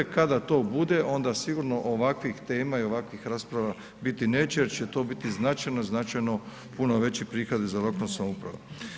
Kada to bude onda sigurno ovakvih tema i ovakvih rasprava biti neće, jer će to biti značajno, značajno puno veći prihodi za lokalnu samoupravu.